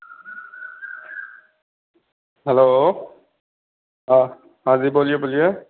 hello हाँ हाँ जी बोलिए बोलिए